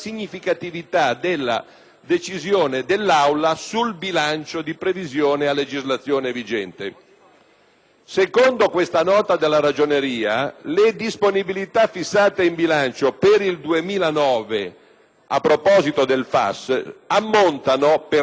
Secondo questa nota della Ragioneria, le disponibilitafissate in bilancio per il 2009 a proposito del FAS ammontano, per la precisione, a 5.999.110.000 euro.